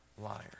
liar